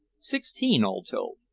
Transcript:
sixteen, all told.